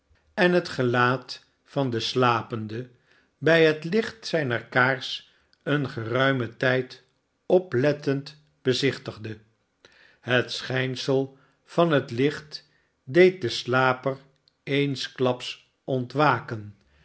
en het gelaat van den slapende bij het licht zijner kaars een geruimen tijd oplettend bezichtigde het sehijnsel van het licht deed den slaper eensklaps ontwaken